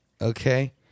Okay